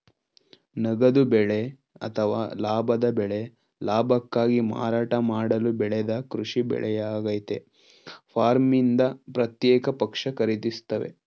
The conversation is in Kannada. ನಗದು ಬೆಳೆ ಅಥವಾ ಲಾಭದ ಬೆಳೆ ಲಾಭಕ್ಕಾಗಿ ಮಾರಾಟ ಮಾಡಲು ಬೆಳೆದ ಕೃಷಿ ಬೆಳೆಯಾಗಯ್ತೆ ಫಾರ್ಮ್ನಿಂದ ಪ್ರತ್ಯೇಕ ಪಕ್ಷ ಖರೀದಿಸ್ತವೆ